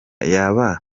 yaba